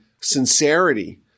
sincerity